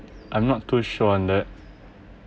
I'm not too sure on that